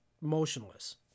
motionless